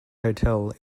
hotel